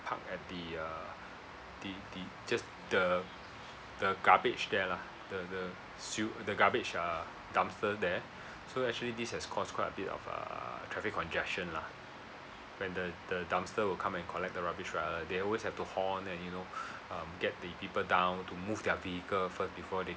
park at the uh the the just the the garbage there lah the the sew~ the garbage err dumpster there so actually this has caused quite a bit of err traffic congestion lah when the the dumpster will come and collect the rubbish right uh they always have to horn and you know uh get the people down to move their vehicle first before they